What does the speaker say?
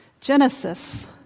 Genesis